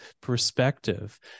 perspective